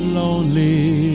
lonely